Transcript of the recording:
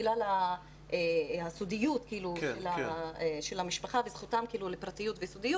בגלל הסודיות של המשפחה וזכותם לפרטיות וסודיות,